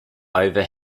over